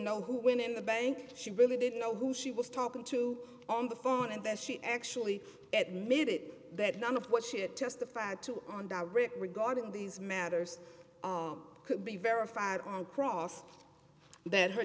know who went in the bank she really didn't know who she was talking to on the phone and then she actually made it that none of what she had testified to on direct regarding these matters could be verified on cross that her